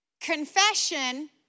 confession